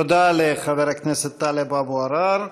תודה לחבר הכנסת טלב אבו עראר.